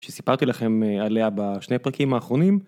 שסיפרתי לכם עליה בשני הפרקים האחרונים.